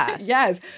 Yes